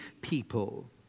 people